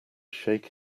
shake